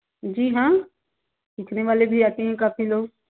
जी हाँ देखने वाले भी आते हैं काफ़ी लोग